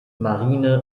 marine